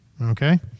Okay